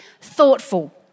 thoughtful